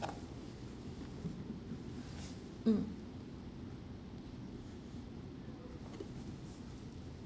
mm